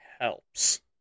Helps